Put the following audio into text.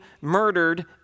murdered